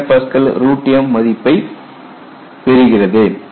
03 MPa m இன்று மதிப்பை பெறுகிறது